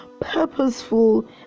purposeful